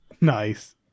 Nice